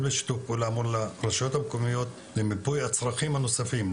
בשיתוף פעולה מול הרשויות המקומיות למיפוי הצרכים הנוספים,